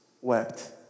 wept